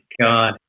God